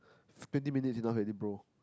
it's twenty minutes enough already bro